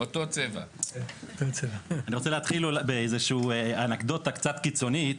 אני רוצה להתחיל באיזושהי אנקדוטה קצת קיצונית.